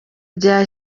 rya